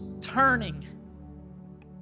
turning